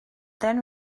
then